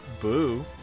Boo